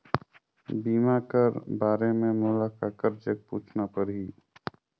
बीमा कर बारे मे मोला ककर जग पूछना परही?